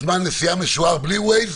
זמן נסיעה משוער בלי Waze.